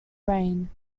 rain